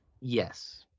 Yes